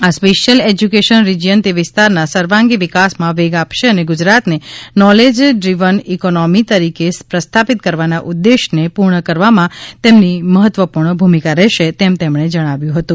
આ special education region તે વિસ્તારના સર્વાંગી વિકાસમાં વેગ આપશે અને ગુજરાતને નોલેજ ડ્રિવન ઈકોનોમી તરીકે પ્રસ્થાપિત કરવાના ઉદ્દેશ્યને પૂર્ણ કરવામાં તેની મહત્વપૂર્ણ ભૂમિકા રહેશે એમ તેમણે જણાવ્યું હતું